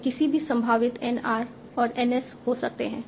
वे किसी भी संभावित N r और N s हो सकते हैं